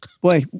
Boy